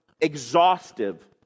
exhaustive